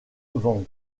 van